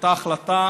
הייתה החלטה